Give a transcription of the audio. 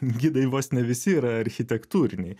gidai vos ne visi yra architektūriniai